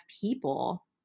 people